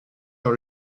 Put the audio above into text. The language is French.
dans